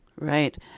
Right